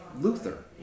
Luther